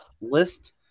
list